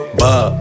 bob